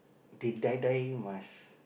they die die must